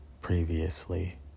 previously